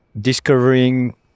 discovering